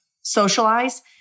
socialize